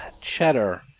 Cheddar